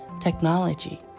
technology